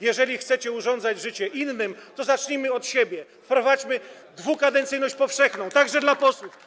Jeżeli chcecie urządzać życie innym, to zacznijmy od siebie, wprowadźmy dwukadencyjność powszechną, także dla posłów.